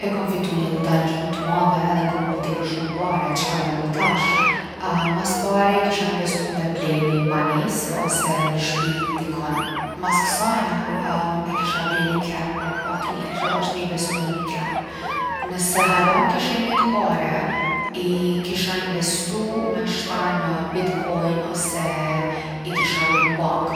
E kom fitu ni llotari shumë t’madhe edhe kom fitu shumë pare, çka me bo tash? Mas pari kishe investu me ble ni banesë ose ni shpi dikun. Mas ksajna, e kisha ble ni kerr pak ma t’mirë, kisha dasht me investu në ni kerr. Nëse hala m’kishin met pare i kisha investu nashta në bitcoin ose i kisha rujt n’bankë.